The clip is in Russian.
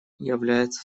является